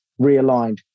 realigned